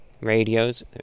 radios